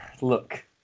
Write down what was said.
Look